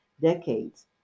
Decades